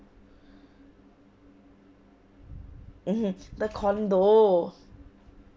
mmhmm the condo